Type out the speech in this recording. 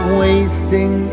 wasting